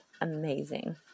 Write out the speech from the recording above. Amazing